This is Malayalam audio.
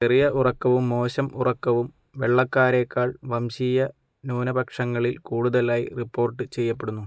ചെറിയ ഉറക്കവും മോശം ഉറക്കവും വെള്ളക്കാരേക്കാൾ വംശീയ ന്യൂനപക്ഷങ്ങളിൽ കൂടുതലായി റിപ്പോർട്ട് ചെയ്യപ്പെടുന്നു